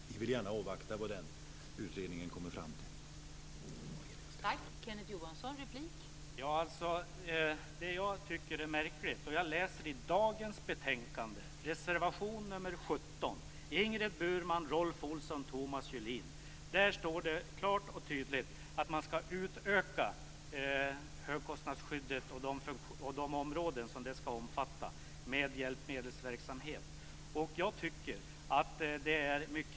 Vi vill gärna avvakta vad den utredningen kommer fram till.